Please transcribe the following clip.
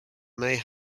may